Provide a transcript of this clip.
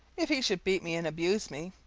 if he should beat me and abuse me,